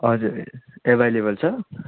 हजुर एभाइलेबल छ